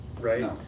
right